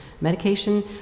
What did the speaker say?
Medication